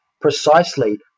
precisely